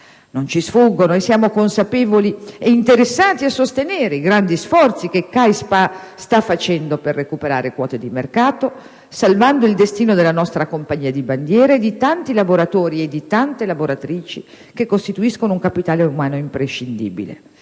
Non ci sfuggono, e siamo consapevoli e interessati a sostenerli, i grandi sforzi che Alitalia-CAI S.p.A. sta facendo per recuperare quote di mercato, salvando il destino della nostra compagnia di bandiera e di tanti lavoratori e tante lavoratrici che costituiscono un capitale umano imprescindibile.